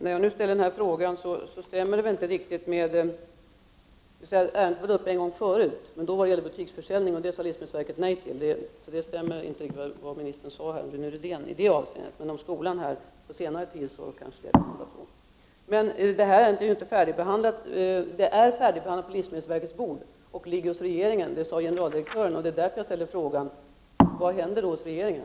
Detta ärende har varit uppe en gång tidigare, men då gällde det butiksförsäljning, vilket livsmedelsverket sade nej till. Därför stämmer inte det som jordbruksministern sade om Rune Rydéns fråga i det avseendet. Ärendet är färdigbehandlat hos livsmedelsverket och ligger nu hos regeringen. Det sade generaldirektören. Det är därför jag frågar: Vad händer hos regeringen?